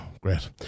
great